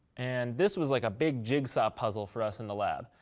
and this was like a big jigsaw puzzle for us in the lab.